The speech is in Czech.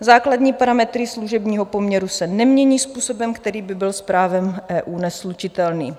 Základní parametry služebního poměru se nemění způsobem, který by byl s právem EU neslučitelný.